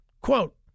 Quote